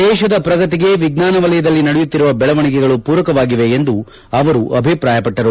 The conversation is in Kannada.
ದೇಶದ ಪ್ರಗತಿಗೆ ವಿಜ್ಞಾನ ವಲಯದಲ್ಲಿ ನಡೆಯುತ್ತಿರುವ ಬೆಳವಣಿಗೆಗಳು ಪೂರಕವಾಗಿವೆ ಎಂದು ಅವರು ಅಭಿಪ್ರಾಯಪಟ್ಟರು